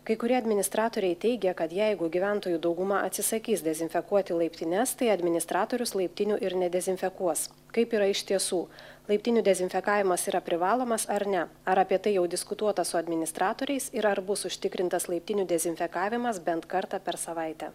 kai kurie administratoriai teigia kad jeigu gyventojų dauguma atsisakys dezinfekuoti laiptines tai administratorius laiptinių ir nedezinfekuos kaip yra iš tiesų laiptinių dezinfekavimas yra privalomas ar ne ar apie tai jau diskutuota su administratoriais ir ar bus užtikrintas laiptinių dezinfekavimas bent kartą per savaitę